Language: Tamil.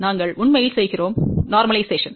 நாங்கள் உண்மையில் செய்கிறோம் இயல்பாக்குதல்